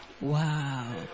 Wow